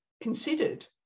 considered